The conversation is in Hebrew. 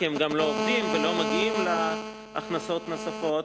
כי הם גם לא עובדים ולא מגיעים להכנסות נוספות,